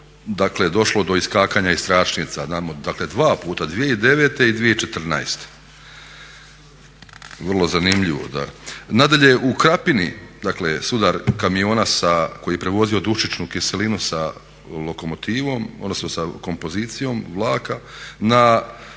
dakle došlo do iskakanja iz tračnica, dakle dva puta, 2009. i 2014. Vrlo zanimljivo da. Nadalje u Krapini dakle sudar kamiona koji je prevozio dušičnu kiselinu sa lokomotivom odnosno sa kompozicijom Vlada. Na